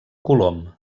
colom